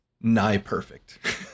nigh-perfect